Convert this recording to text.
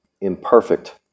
Imperfect